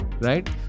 right